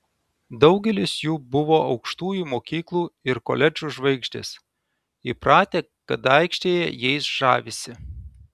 daugelis jų buvo aukštųjų mokyklų ir koledžų žvaigždės įpratę kad aikštėje jais žavisi